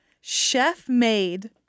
chef-made